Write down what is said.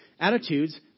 Attitudes